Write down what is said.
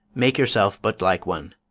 make yourself but like one.